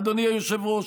אדוני היושב-ראש,